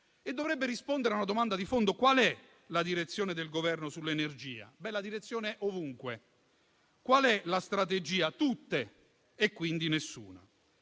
e dovrebbe rispondere a una domanda di fondo: qual è la direzione del Governo sull'energia? La direzione è ovunque. Qual è la strategia? Tutte e quindi nessuna.